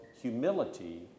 humility